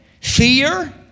fear